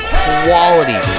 quality